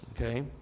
Okay